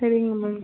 சரிங்க மேம்